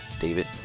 David